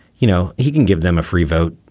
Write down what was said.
you know, he can give them a free vote.